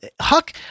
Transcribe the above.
Huck